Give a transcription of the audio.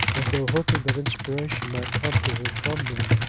as though hoping that inspiration might come to him from them.